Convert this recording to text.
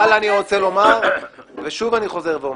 אבל אני חוזר ואומר: